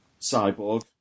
Cyborg